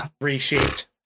reshaped